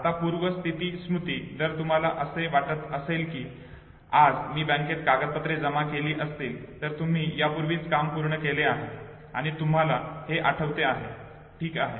आता पूर्वस्थिती स्मृती जर तुम्हाला असे वाटत असेल की आज मी बँकेत कागदपत्रे जमा केली असतील तर तुम्ही यापूर्वीच काम पूर्ण केले आहे आणि तुम्हाला हे आठवते आहे ठीक आहे